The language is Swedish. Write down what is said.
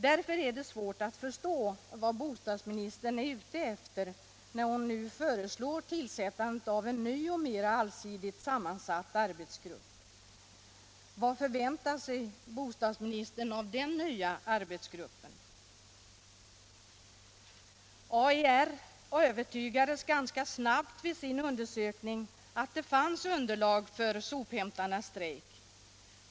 Därför är det svårt att förstå vad bostadsministern är ute efter, när hon föreslår tillsättandet av en ”ny och mera allsidigt sammansatt arbetsgrupp”. Vad förväntar sig bostadsministern av denna nya arbetsgrupp? Vid sin undersökning övertygades AIR ganska snabbt om att det fanns underlag för sophämtarnas strejk.